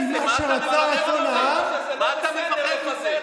מה אתה מפחד מזה?